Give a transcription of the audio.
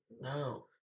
No